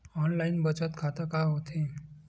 Online बचत खाता का होथे?